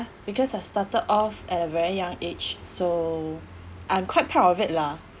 because I started off at a very young age so I'm quite proud of it lah